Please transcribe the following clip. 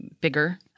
bigger